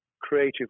creative